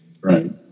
Right